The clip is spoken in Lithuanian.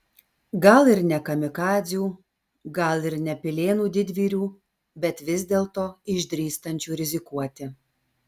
gal ir ne kamikadzių gal ir ne pilėnų didvyrių bet vis dėlto išdrįstančių rizikuoti